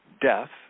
death